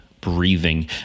breathing